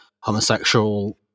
homosexual